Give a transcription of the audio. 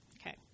Okay